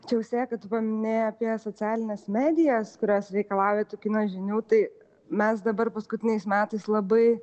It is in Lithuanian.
čia austėja kai tu paminėjai apie socialines medijas kurios reikalauja tų kino žinių tai mes dabar paskutiniais metais labai